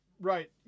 Right